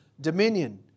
dominion